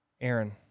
Aaron